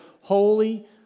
Holy